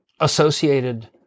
associated